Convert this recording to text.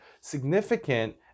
significant